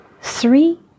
three